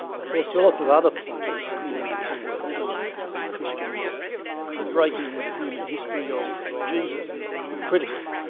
of course there are lots of other pointers in the natural world, and for christians the breaking in to human history of jesus is critical.